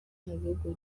mubihugu